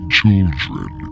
children